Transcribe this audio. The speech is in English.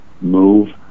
move